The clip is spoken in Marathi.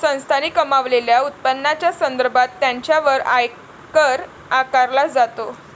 संस्थांनी कमावलेल्या उत्पन्नाच्या संदर्भात त्यांच्यावर आयकर आकारला जातो